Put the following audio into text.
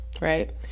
Right